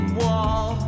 wall